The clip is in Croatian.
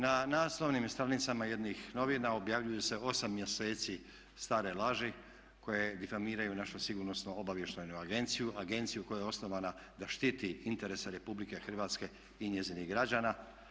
Na naslovnim stranicama jednih novina objavljuju se 8 mjeseci stare laži koje difamiraju našu Sigurnosno-obavještajnu agenciju, agenciju koja je osnovana da štiti interese Republike Hrvatske i njezinih građana.